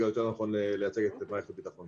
הנכון יותר לייצג את מערכת הביטחון.